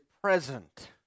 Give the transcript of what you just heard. present